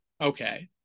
okay